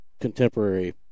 contemporary